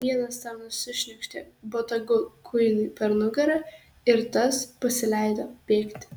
vienas tarnas sušniokštė botagu kuinui per nugarą ir tas pasileido bėgti